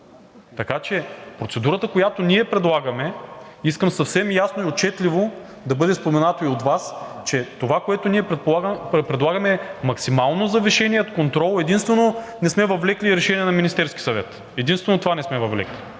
Така че процедурата, която ние предлагаме – искам съвсем ясно и отчетливо да бъде споменато и от Вас, че това, което ние предлагаме, е максимално завишеният контрол, единствено не сме въвлекли и решение на Министерския съвет. Единствено това не сме въвлекли,